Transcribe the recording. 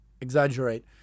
exaggerate